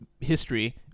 history